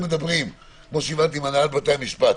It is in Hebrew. כמו שהבנתי מהנהלת בתי המשפט,